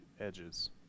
edges